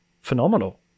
phenomenal